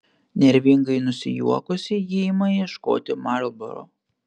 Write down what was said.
nervingai nusijuokusi ji ima ieškoti marlboro